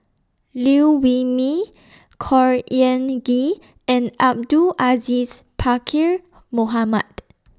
Liew Wee Mee Khor Ean Ghee and Abdul Aziz Pakkeer Mohamed